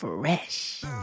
Fresh